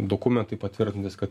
dokumentai patvirtinantys kad